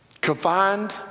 Confined